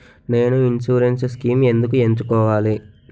నేను insurance schemes ఎందుకు ఎంచుకోవాలి?